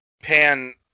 Pan